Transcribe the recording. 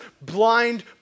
blind